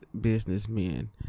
businessmen